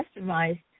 customized